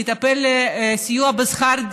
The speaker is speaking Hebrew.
אני אטפל בסיוע לשכר,